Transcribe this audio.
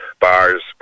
bars